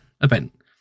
event